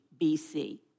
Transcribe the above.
BC